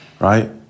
right